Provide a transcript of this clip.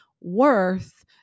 worth